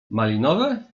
malinowe